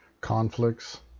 conflicts